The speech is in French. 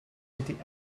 était